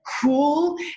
cool